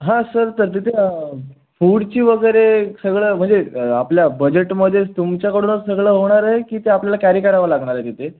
हां सर तर तिथं फूडची वगैरे सगळं म्हणजे आपल्या बजेटमध्ये तुमच्याकडूनच सगळं होणार आहे की ते आपल्याला कॅरी करावं लागणार आहे तिथे